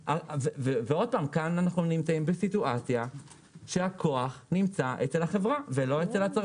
כאן אנחנו נמצאים בסיטואציה שהכוח נמצא אצל החברה ולא אצל הצרכן.